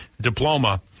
diploma